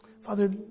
Father